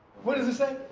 what does it say?